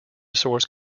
source